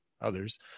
others